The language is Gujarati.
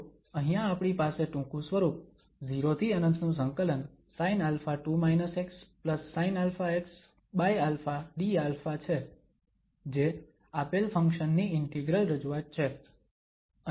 તો અહીંયા આપણી પાસે ટૂંકું સ્વરૂપ 0∫∞ sinα sinαxα dα છે જે આપેલ ફંક્શન ની ઇન્ટિગ્રલ રજૂઆત છે